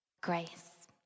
grace